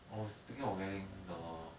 orh I was thinking of getting the